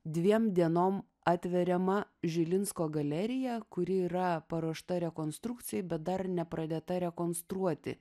dviem dienom atveriama žilinsko galerija kuri yra paruošta rekonstrukcijai bet dar nepradėta rekonstruoti